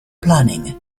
planning